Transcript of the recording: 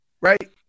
right